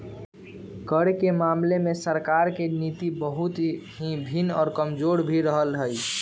कर के मामले में सरकार के नीति बहुत ही भिन्न और कमजोर भी रहले है